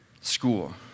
school